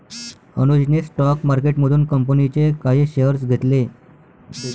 अनुजने स्टॉक मार्केटमधून कंपनीचे काही शेअर्स घेतले